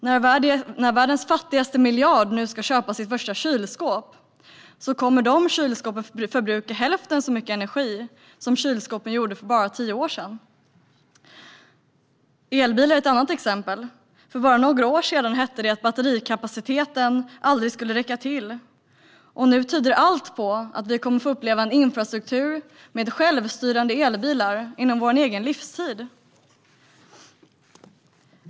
När världens fattigaste miljard nu ska köpa sitt första kylskåp kommer dessa kylskåp att förbruka hälften så mycket energi som kylskåpen gjorde för bara tio år sedan. Elbilar är ett annat exempel. För bara några år sedan hette det att batterikapaciteten aldrig skulle räcka till. Nu tyder allt på att vi kommer att få uppleva en infrastruktur med självstyrande elbilar under vår livstid.